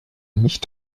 nicht